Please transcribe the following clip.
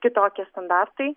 kitokie standartai